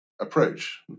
approach